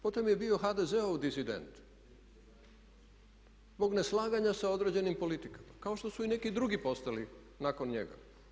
Potom je bio HDZ-ov disident zbog neslaganja sa određenim politikama kao što su i neki drugi postali nakon njega.